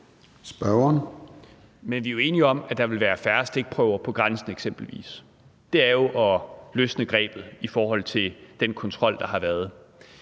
(DF): Men vi er jo enige om, at der vil være færre stikprøver på grænsen eksempelvis. Det er jo at løsne grebet i forhold til den kontrol, der har været.